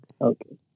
Okay